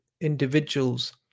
individuals